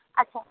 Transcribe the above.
अच्छा